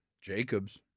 Jacobs